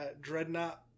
dreadnought